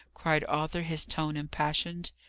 cried arthur, his tone impassioned.